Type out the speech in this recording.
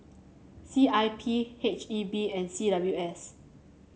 C I P H E B and C W S